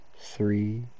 Three